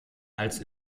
als